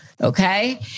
okay